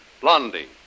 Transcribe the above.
Blondie